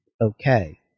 okay